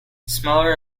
smaller